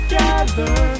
Together